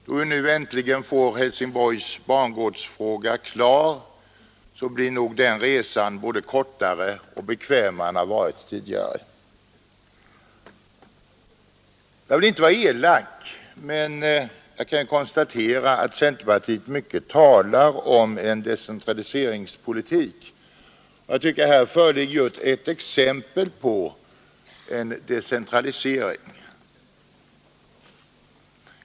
Då vi nu äntligen får Helsingborgs bangårdsfråga klar, blir nog den resan både snabbare och bekvämare än den har varit tidigare. Jag vill inte vara elak, men jag kan konstatera att centerpartiet talar mycket om en decentralis ringspolitik. Jag tycker att här föreligger just ett exempel på en decentralisering.